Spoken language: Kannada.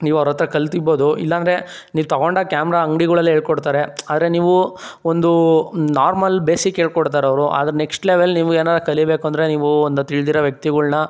ನೀವು ಅವರ ಹತ್ರ ಕಲ್ತಿರ್ಬೋದು ಇಲ್ಲ ಅಂದ್ರೆ ನೀವು ತಗೊಂಡ ಕ್ಯಾಮ್ರಾ ಅಂಗ್ಡಿಗಳಲ್ಲೆ ಹೇಳ್ಕೊಡ್ತಾರೆ ಆದರೆ ನೀವು ಒಂದು ನಾರ್ಮಲ್ ಬೇಸಿಕ್ ಹೇಳ್ಕೊಡ್ತಾರವ್ರು ಆದರೆ ನೆಕ್ಸ್ಟ್ ಲೆವೆಲ್ ನೀವು ಏನಾರ ಕಲಿಬೇಕು ಅಂದರೆ ನೀವು ಒಂದು ತಿಳಿದಿರೊ ವ್ಯಕ್ತಿಗಳನ್ನ